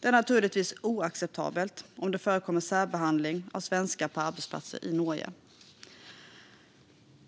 Det är naturligtvis oacceptabelt om det förekommer särbehandling av svenskar på arbetsplatser i Norge.